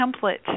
template